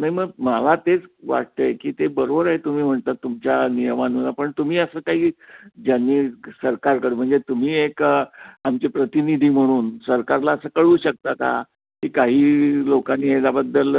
नाही मग मला तेच वाटत आहे की ते बरोबर आहे तुम्ही म्हणतात तुमच्या नियमानं पण तुम्ही असं काही ज्यांनी सरकारकडं म्हणजे तुम्ही एक आमचे प्रतिनिधी म्हणून सरकारला असं कळवू शकता का की काही लोकांनी याच्याबद्दल